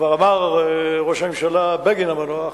וכבר אמר ראש הממשלה בגין המנוח,